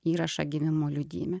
įrašą gimimo liudijime